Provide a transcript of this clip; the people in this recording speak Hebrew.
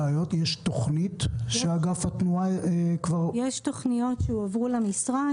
האם יש תוכנית שאגף התנועה כבר --- יש תוכניות שהועברו למשרד,